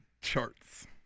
charts